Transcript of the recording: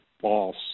false